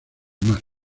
mar